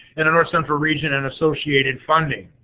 in the north central region and associated funding.